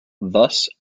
thus